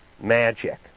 magic